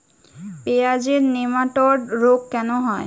পেঁয়াজের নেমাটোড রোগ কেন হয়?